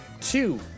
Two